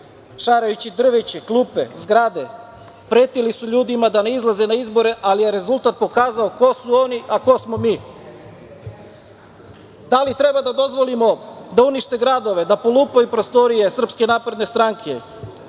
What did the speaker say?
šarajući drveće, klupe, zgrade. Pretili su ljudima da ne izlaze na izbore, ali je rezultat pokazao ko su oni, a ko smo mi. Da li treba da dozvolimo da unište gradove, da polupaju prostorije SNS, možda će i neke